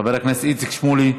חבר הכנסת איציק שמולי.